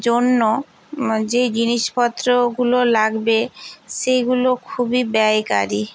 জন্য যেই জিনিসপত্রগুলো লাগবে সেইগুলো খুবই ব্যয়কারী